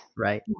Right